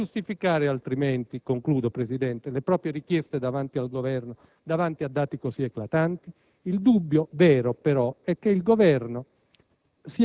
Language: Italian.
Come giustificare altrimenti - e concludo, Presidente - le proprie richieste davanti al Governo, davanti a dati così eclatanti? Il dubbio vero, però, è che il Governo